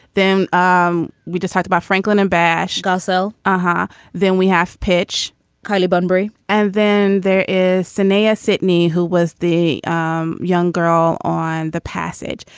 then um we just talked about franklin and bash garcelle. aha. then we have pitch carla bunbury. and then there is cynthia sidney, who was the um young girl on the passage.